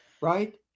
right